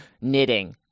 knitting